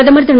பிரதமர் திரு